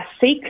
seek